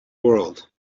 world